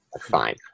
fine